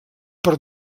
per